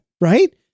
Right